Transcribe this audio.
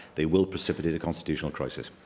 they will precipitate a constitutional crisis.